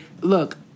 look